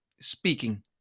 speaking